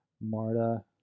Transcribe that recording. Marta